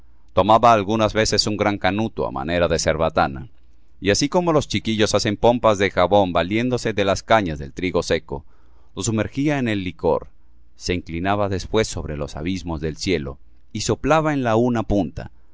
tomaba algunas veces un gran canuto á manera de cervatana y así como los chiquillos hacen pompas de jabón valiéndose de las cañas del trigo seco lo sumergía en el licor se inclinaba después sobre los abismos del cielo y soplaba en la una punta